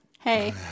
hey